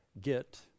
get